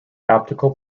optical